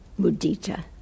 mudita